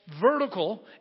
vertical